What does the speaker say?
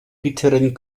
bitteren